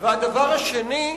והדבר השני,